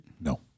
No